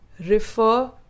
refer